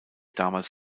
damals